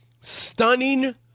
Stunning